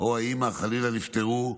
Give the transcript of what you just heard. או האימא, חלילה, נפטרו,